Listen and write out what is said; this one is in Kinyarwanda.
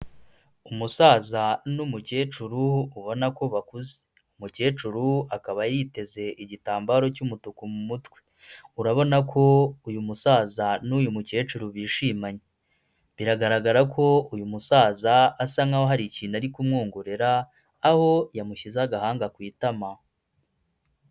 Umusaza n'umukecuru ubona ko bakuze. Umukecuru akaba yiteze igitambaro cy'umutuku mu mutwe. Urabona ko uyu musaza n'uyu mukecuru bishimanye. Biragaragara ko uyu musaza asa nkaho hari ikintu ari kumwongorera, aho yamushyize agahanga ku itama.